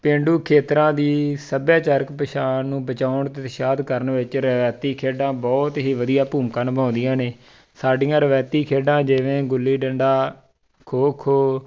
ਪੇਂਡੂ ਖੇਤਰਾਂ ਦੀ ਸੱਭਿਆਚਾਰਿਕ ਪਛਾਣ ਨੂੰ ਬਚਾਉਣ ਅਤੇ ਉਤਸ਼ਾਹਿਤ ਕਰਨ ਵਿੱਚ ਰਵਾਇਤੀ ਖੇਡਾਂ ਬਹੁਤ ਹੀ ਵਧੀਆ ਭੂਮਿਕਾ ਨਿਭਾਉਂਦੀਆਂ ਨੇ ਸਾਡੀਆਂ ਰਵਾਇਤੀ ਖੇਡਾਂ ਜਿਵੇਂ ਗੁੱਲੀ ਡੰਡਾ ਖੋ ਖੋ